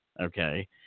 okay